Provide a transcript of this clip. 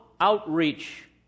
outreach